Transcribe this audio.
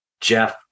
Jeff